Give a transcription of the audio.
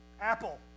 Apple